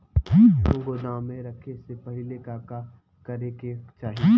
गेहु गोदाम मे रखे से पहिले का का करे के चाही?